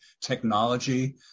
technology